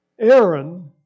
Aaron